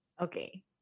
Okay